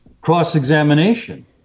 cross-examination